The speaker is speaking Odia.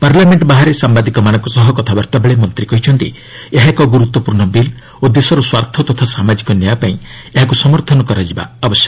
ପାର୍ଲାମେଣ୍ଟ ବାହାରେ ସାମ୍ବାଦିକମାନଙ୍କ ସହ କଥାବାର୍ତ୍ତାବେଳେ ମନ୍ତ୍ରୀ କହିଛନ୍ତି ଏହା ଏକ ଗୁରୁତ୍ୱପୂର୍ଣ୍ଣ ବିଲ୍ ଓ ଦେଶର ସ୍ୱାର୍ଥ ତଥା ସାମାଜିକ ନ୍ୟାୟ ପାଇଁ ଏହାକୁ ସମର୍ଥନ କରାଯିବା ଉଚିତ